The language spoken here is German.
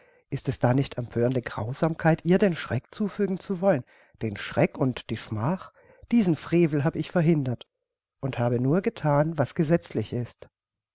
ist es da nicht empörende grausamkeit ihr den schreck zufügen zu wollen den schreck und die schmach diesen frevel hab ich verhindert und habe nur gethan was gesetzlich ist